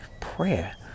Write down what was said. prayer